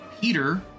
Peter